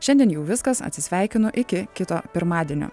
šiandien jau viskas atsisveikinu iki kito pirmadienio